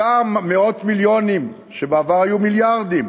לאותם מאות מיליונים, שבעבר היו מיליארדים,